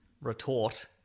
retort